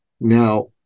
now